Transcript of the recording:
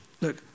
Look